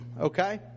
Okay